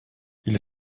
ils